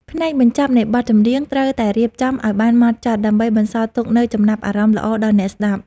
ផ្នែកបញ្ចប់នៃបទចម្រៀងត្រូវតែរៀបចំឱ្យបានហ្មត់ចត់ដើម្បីបន្សល់ទុកនូវចំណាប់អារម្មណ៍ល្អដល់អ្នកស្ដាប់។